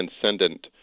transcendent